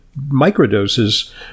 microdoses